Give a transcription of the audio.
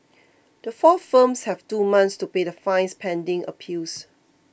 the four firms have two months to pay the fines pending appeals